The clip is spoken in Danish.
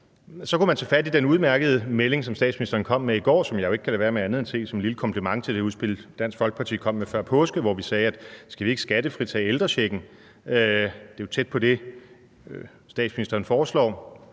Så kunne man tage fat i den udmærkede melding, som statsministeren kom med i går, som jeg jo ikke kan lade være med andet end at se som en lille kompliment til det udspil, Dansk Folkeparti kom med før påske, hvor vi spurgte: Skal vi ikke skattefritage ældrechecken? Det er jo tæt på det, statsministeren foreslår.